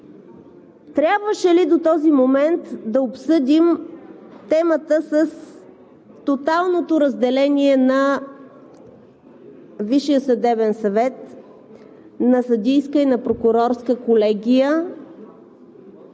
Трябваше ли до този момент да обсъдим темата с тоталното разделение на Висшия съдебен съвет на съдийска и на прокурорска колегия?